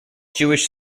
jewish